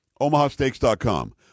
omahasteaks.com